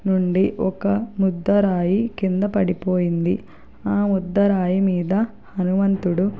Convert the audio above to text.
నుండి ఒక ముద్దరాయి కింద పడిపోయింది ఆ ముద్దరాయి మీద హనుమంతుడు